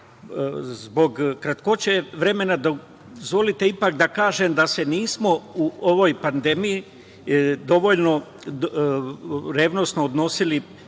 Zbog kratkoće vremena, dozvolite ipak da kažem da se nismo u ovoj pandemiji dovoljno revnosno odnosili svi